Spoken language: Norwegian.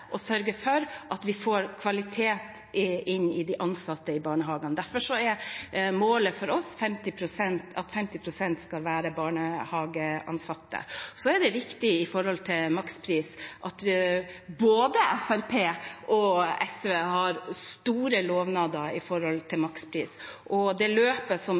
å sørge for at vi får kvalitet inn når det gjelder de ansatte i barnehagene. Derfor er målet for oss at 50 pst. av de barnehageansatte skal være pedagoger. Det er riktig at både Fremskrittspartiet og SV har store lovnader med hensyn til makspris, men det løpet